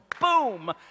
boom